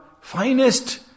finest